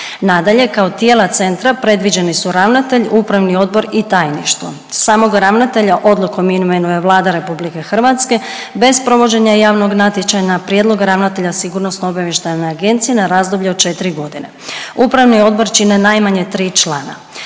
Nadalje, kao tijela Centra predviđeni su ravnatelj, upravni odbor i tajništvo. Samog ravnatelja odlukom imenuje Vlada RH bez provođenja javnog natječaja na prijedlog ravnatelja SOA-e na razdoblje od 4 godine. Upravni odbor čine najmanje 3 člana.